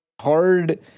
hard